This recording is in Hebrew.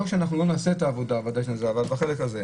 לא שלא נעשה את העבודה, ודאי שנעשה, אבל בחלק הזה.